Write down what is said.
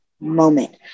moment